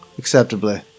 Acceptably